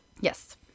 Yes